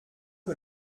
que